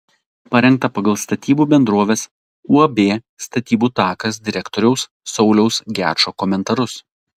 parengta pagal statybų bendrovės uab statybų takas direktoriaus sauliaus gečo komentarus